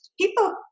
people